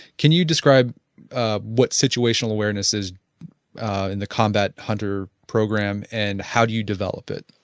can you describe ah what situational awareness is in the combat hunter program and how do you develop it?